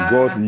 God